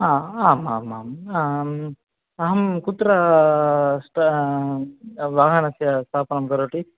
हा आम् आम् आम् अहं कुत्र वाहनस्य स्थापनं करोमि